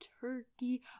turkey